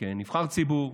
כנבחר ציבור,